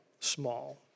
Small